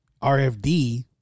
RFD